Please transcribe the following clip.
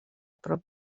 prop